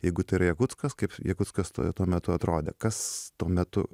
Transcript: jeigu tai yra jakutskas kaip jakutskas t tuo metu atrodė kas tuo metu